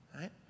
right